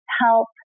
help